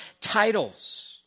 titles